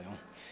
Jel'